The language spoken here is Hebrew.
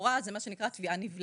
שלכאורה זה מה שנקרא תביעה נבלעת.